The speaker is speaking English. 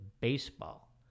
baseball